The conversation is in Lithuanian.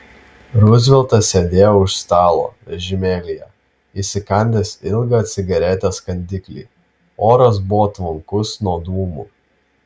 ruzveltas sėdėjo už stalo vežimėlyje įsikandęs ilgą cigaretės kandiklį oras buvo tvankus nuo dūmų